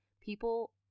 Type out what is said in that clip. people